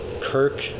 Kirk